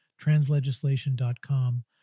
Translegislation.com